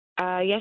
Yes